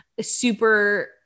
super